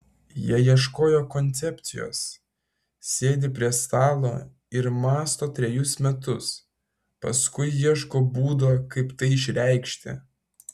jie ieško koncepcijos sėdi prie stalo ir mąsto trejus metus paskui ieško būdo kaip tai išreikšti